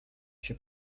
się